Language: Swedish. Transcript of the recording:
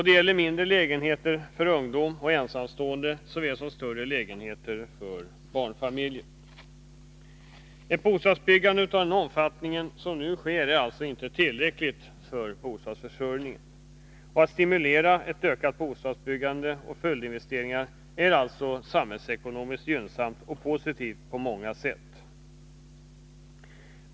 Det gäller mindre lägenheter för ungdom och ensamstående såväl som större lägenheter för barnfamiljer. Ett bostadsbyggande av den omfattning som nu sker är alltså inte tillräckligt för bostadsförsörjningen. Och att stimulera ett ökat bostadsbyggande och följdinvesteringar är samhällekonomiskt gynnsamt och positivt på många sätt.